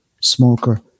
smoker